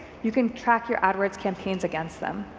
you can track your adwords campaigns against them.